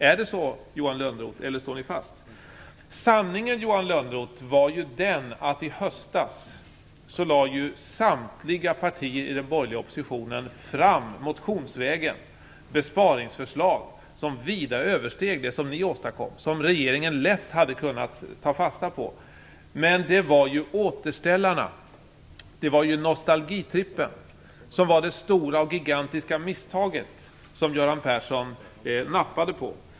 Är det så, Johan Lönnroth, eller står ni fast vid vad som tidigare sagts? Sanningen, Johan Lönnroth, är ju att samtliga partier i den borgerliga oppositionen i höstas motionsvägen lade fram besparingsförslag som vida översteg det som ni åstadkom och som regeringen lätt hade kunnat ta fasta på. Men det var återställarna och nostalgitrippen som var det gigantiska misstaget, och det nappade Göran Persson på.